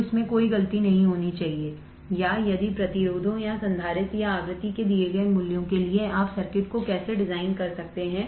तो इसमें कोई गलती नहीं होनी चाहिए या यदि प्रतिरोधों या संधारित्र या आवृत्ति के दिए गए मूल्यों के लिए आप सर्किट को कैसे डिज़ाइन कर सकते हैं